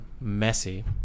messy